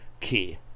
key